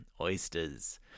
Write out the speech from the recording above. oysters